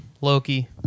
Loki